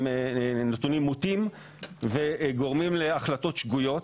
נתונים מוטים וגורמים להחלטות שגויות.